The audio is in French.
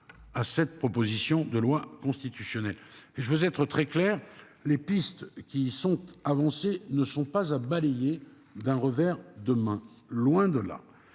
À cette proposition de loi constitutionnelle et je veux être très clair. Les pistes qui sont avancés ne sont pas à balayer d'un revers de main, loin de là.